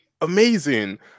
Amazing